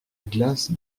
glace